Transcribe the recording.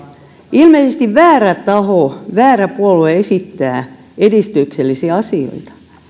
ilmeisesti väärä taho väärä puolue esittää edistyksellisiä asioita